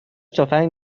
تفنگ